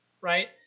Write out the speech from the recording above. right